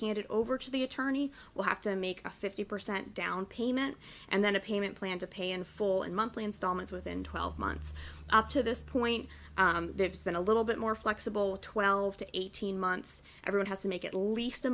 handed over to the attorney will have to make a fifty percent down payment and then a payment plan to pay in full in monthly installments within twelve months up to this point there has been a little bit more flexible twelve to eighteen months everyone has to make at least a